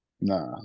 Nah